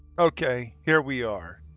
ok, here we are.